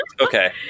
okay